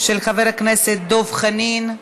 של חבר הכנסת דב חנין.